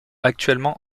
actuellement